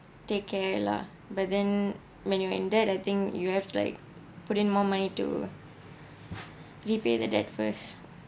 take care lah but then when you in debt I think you have like put in more money to repay the debt first